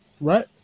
right